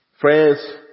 Friends